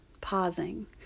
pausing